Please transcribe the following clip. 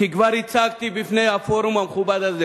כי כבר הצגתי בפני הפורום המכובד הזה